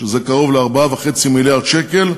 שזה קרוב ל-4.5 מיליארד שקל.